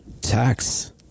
tax